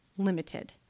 limited